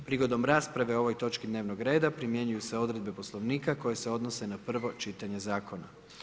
Prigodom rasprave o ovoj točki dnevnog reda primjenjuju se odredbe Poslovnika koje se odnose na prvo čitanje zakona.